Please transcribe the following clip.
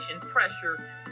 pressure